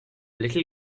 little